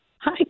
Hi